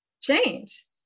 change